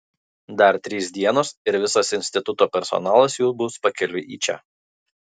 dar trys dienos ir visas instituto personalas jau bus pakeliui į čia